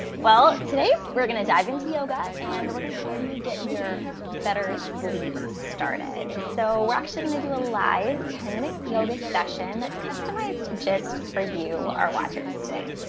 well, today, we're going to dive into yoga, and we're going to help you get your better sleep started. so we're actually going to do a live ten minute yoga session that's customized just for you, our watchers today.